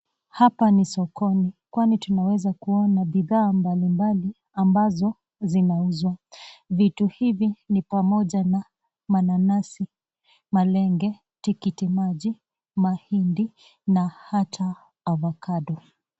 Hapa ni sokoni kwani tunaweza kuona bidhaa mbalimbali ambazo zinauzwa, vitu hivi ni pamoja na mananasi, malenge, tikiti maji, mahindi na hata "ovacado".